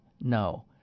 No